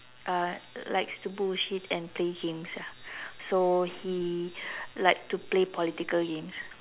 uh likes to bullshit and play games ah so he like to play political games